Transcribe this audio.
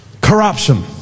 Corruption